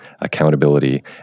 accountability